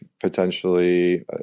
potentially